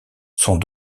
sont